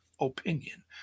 opinion